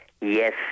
yes